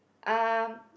um